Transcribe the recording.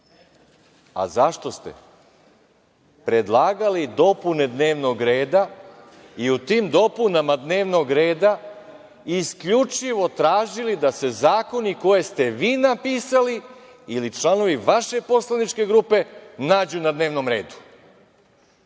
- zašto ste predlagali dopune dnevnog reda i u tim dopunama dnevnog reda isključivo tražili da se zakoni koje ste vi napisali ili članovi vaše poslaničke grupe nađu na dnevnom redu?